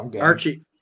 Archie